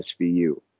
SVU